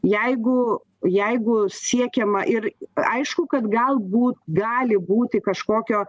jeigu jeigu siekiama ir aišku kad galbūt gali būti kažkokio